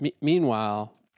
Meanwhile